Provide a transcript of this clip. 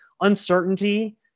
uncertainty